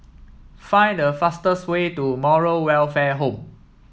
find the fastest way to Moral Welfare Home